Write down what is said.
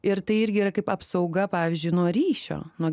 ir tai irgi yra kaip apsauga pavyzdžiui nuo ryšio nuo